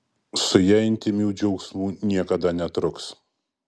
su ja intymių džiaugsmų niekada netruks